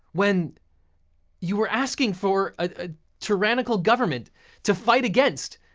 when you were asking for a tyrannical government to fight against,